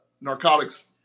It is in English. Narcotics